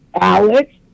Alex